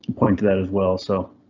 point to that as well, so.